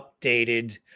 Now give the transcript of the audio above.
updated